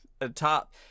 atop